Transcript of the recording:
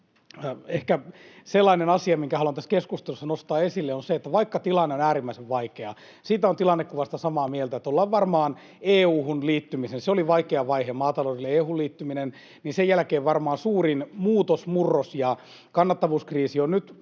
ehkä sellainen asia, minkä haluan tässä keskustelussa nostaa esille, on se, että vaikka tilanne on äärimmäisen vaikea — siitä tilannekuvasta olen samaa mieltä: EU:hun liittyminen oli vaikea vaihe maataloudelle, mutta sen jälkeen varmaan suurin muutos, murros ja kannattavuuskriisi on nyt